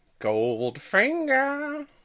Goldfinger